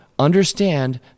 Understand